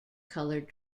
colored